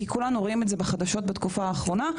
כי כולנו רואים את זה בחדשות בתקופה האחרונה,